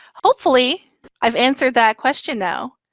hopefully i've answered that question now.